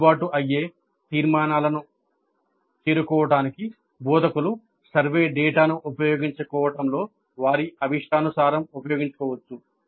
చెల్లుబాటు అయ్యే తీర్మానాలను చేరుకోవడానికి బోధకులు సర్వే డేటాను ఉపయోగించుకోవడంలో వారి అభీష్టానుసారం ఉపయోగించవచ్చు